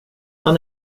han